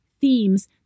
themes